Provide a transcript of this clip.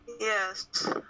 yes